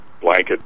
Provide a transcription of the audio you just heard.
blanket